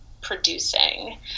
producing